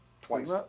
Twice